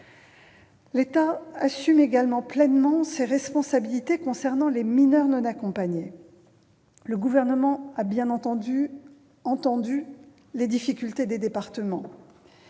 l'État assume pleinement ses responsabilités au sujet des mineurs non accompagnés. Le Gouvernement a bien entendu les difficultés des départements,